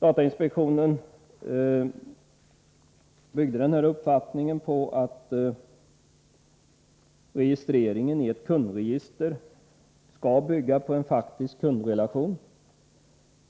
Datainspektionen grundade den uppfattningen på att registrering i ett kundregister skall bygga på en faktisk kundrelation.